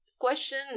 question